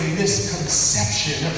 misconception